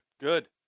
Good